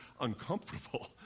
uncomfortable